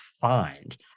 find